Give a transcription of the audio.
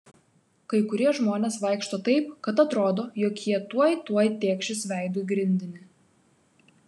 kai kurie žmonės vaikšto taip kad atrodo jog jie tuoj tuoj tėkšis veidu į grindinį